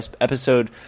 episode